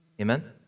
Amen